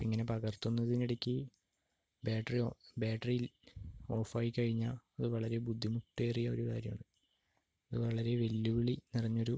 ഇപ്പോൾ ഇങ്ങനെ പകർത്തുന്നതിനിടയ്ക്ക് ബാറ്ററിയോ ബാറ്ററി ഓഫായി കഴിഞ്ഞാൽ അത് വളരെ ബുദ്ധിമുട്ടേറിയ ഒരു കാര്യമാണ് അത് വളരെ വെല്ലുവിളി നിറഞ്ഞൊരു